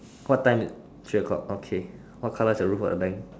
what time three o-clock okay what colour is the roof of the bank